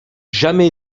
jamais